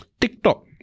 TikTok